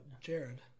jared